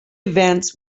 events